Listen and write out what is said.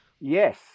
Yes